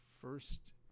first